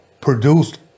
produced